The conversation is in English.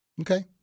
Okay